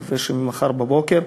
אני מקווה שממחר בבוקר,